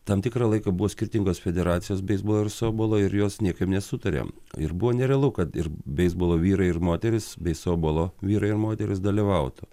tam tikrą laiką buvo skirtingos federacijos beisbolo ir softbolo ir jos niekaip nesutarė ir buvo nerealu kad ir beisbolo vyrai ir moterys bei softbolo vyrai ir moterys dalyvautų